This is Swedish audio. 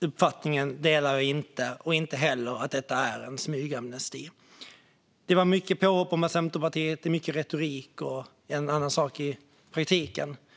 uppfattningen att det är lågt ställda krav, och inte heller att detta är en smygamnesti. Det var många påhopp om att Centerpartiet ägnar sig mycket åt retorik men att det är en annan sak i praktiken.